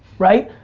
right?